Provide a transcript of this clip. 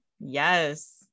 Yes